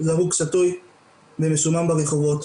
זרוק שתוי ומסומם ברחובות.